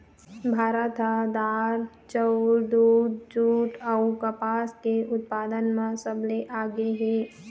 भारत ह दार, चाउर, दूद, जूट अऊ कपास के उत्पादन म सबले आगे हे